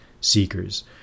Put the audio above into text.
seekers